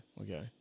Okay